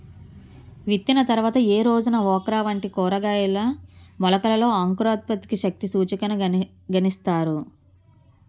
విత్తిన తర్వాత ఏ రోజున ఓక్రా వంటి కూరగాయల మొలకలలో అంకురోత్పత్తి శక్తి సూచికను గణిస్తారు?